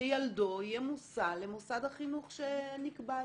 שילדו יהיה מוסע למוסד החינוך שנקבע לו.